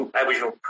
Aboriginal